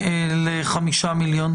ל-5 מיליון?